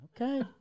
Okay